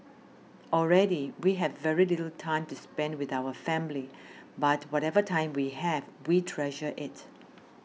already we have very little time to spend with our family but whatever time we have we treasure it